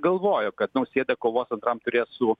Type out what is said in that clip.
galvojo kad nausėda kovos antram ture su